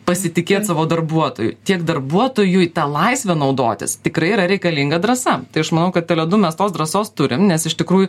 pasitikėt savo darbuotoju tiek darbuotojui ta laisve naudotis tikrai yra reikalinga drąsa tai aš manau kad tele du mes tos drąsos turim nes iš tikrųjų